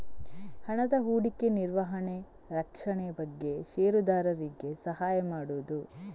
ಹಣದ ಹೂಡಿಕೆ, ನಿರ್ವಹಣೆ, ರಕ್ಷಣೆ ಬಗ್ಗೆ ಷೇರುದಾರರಿಗೆ ಸಹಾಯ ಮಾಡುದು